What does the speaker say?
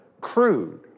crude